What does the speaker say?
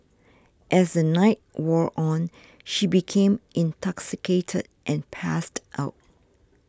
as the night wore on she became intoxicated and passed out